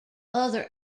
other